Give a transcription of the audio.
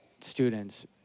students